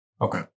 Okay